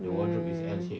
mm